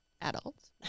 adults